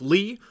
Lee